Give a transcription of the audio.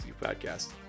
Podcast